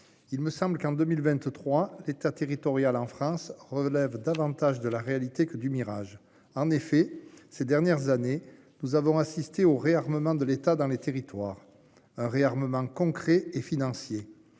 Il me semble qu'en 2023 l'État territoriale en France relève davantage de la réalité que du mirage en effet ces dernières années, nous avons assisté au réarmement de l'État dans les territoires un réarmement concret et financier